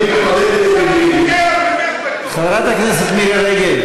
טוב, אני אקרא פוסט, לא הגיע אליך המוח, לא הגיע.